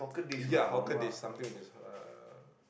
ya hawker dish something which is uh